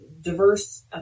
diverse